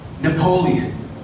Napoleon